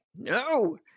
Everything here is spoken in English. no